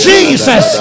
Jesus